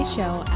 Show